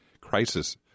crisis